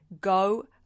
go